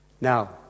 Now